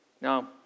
Now